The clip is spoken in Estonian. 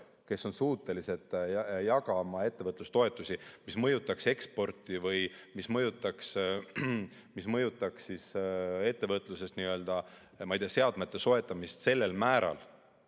kes on suuteline jagama ettevõtlustoetusi, mis mõjutaks eksporti või mis mõjutaks ettevõtluses, ma ei tea, seadmete soetamist sellel määral,